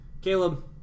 Caleb